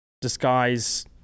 disguise